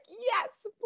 yes